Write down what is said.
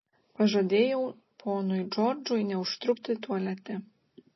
pažadėjau ponui džordžui neužtrukti tualete